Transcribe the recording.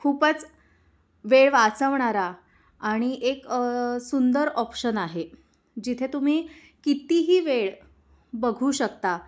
खूपच वेळ वाचवणारा आणि एक सुंदर ऑप्शन आहे जिथे तुम्ही कितीही वेळ बघू शकता